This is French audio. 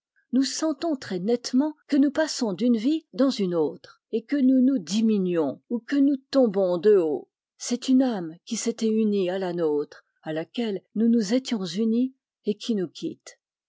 nous sentons très nettement que nous passons d'une vie dans une autre et que nous nous diminuons ou que nous tombons de haut c'est une âme qui s'était unie à la nôtre à laquelle nous nous étions unis et qui nous quitte